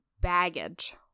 baggage